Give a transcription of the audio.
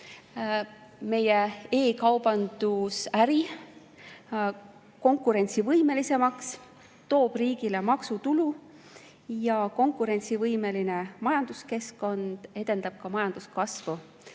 meie e-kaubandusäri konkurentsivõimelisemaks ja toob riigile maksutulu. Konkurentsivõimeline majanduskeskkond aga edendab ka majanduskasvu.